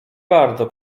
bardzo